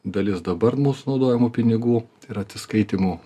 dalis dabar mūsų naudojamų pinigų ir atsiskaitymų